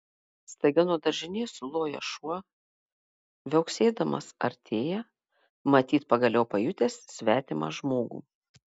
staiga nuo daržinės suloja šuo viauksėdamas artėja matyt pagaliau pajutęs svetimą žmogų